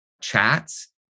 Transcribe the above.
chats